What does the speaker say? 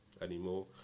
anymore